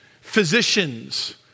physicians